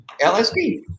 LSD